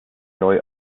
neue